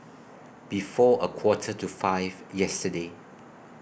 before A Quarter to five yesterday